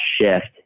shift